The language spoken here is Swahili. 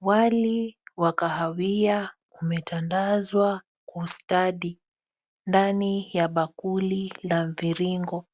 Wali wa kahawia umetandazwa kwa ustadi ndani ya bakuli la mviringo